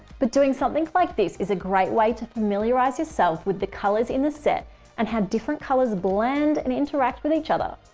but doing something like this is a great way to familiarize yourself with the colors in the set and how different colors, blend and interact with each other.